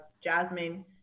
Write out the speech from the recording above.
Jasmine